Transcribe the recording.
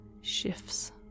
shifts